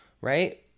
Right